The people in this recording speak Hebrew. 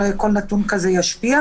כלומר,